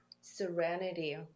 serenity